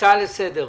הצעה לסדר.